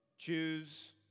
Choose